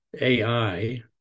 ai